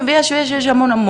ויש המון.